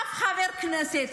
אף חבר כנסת.